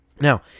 Now